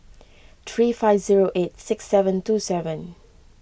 three five zero eight six seven two seven